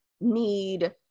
need